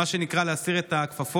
מה שנקרא, להסיר את הכפפות.